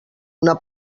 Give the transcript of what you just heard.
una